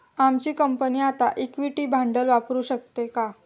आमची कंपनी आता इक्विटी भांडवल वापरू शकते का?